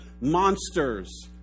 monsters